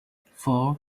four